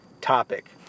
topic